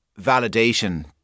validation